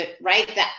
right